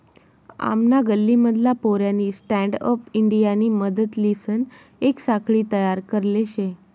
आमना गल्ली मधला पोऱ्यानी स्टँडअप इंडियानी मदतलीसन येक साखळी तयार करले शे